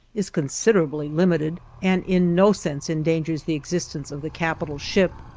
is considerably limited, and in no sense endangers the existence of the capital ship,